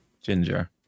Ginger